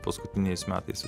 paskutiniais metais